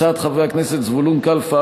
הצעות חברי הכנסת זבולון קלפה,